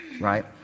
right